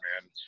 man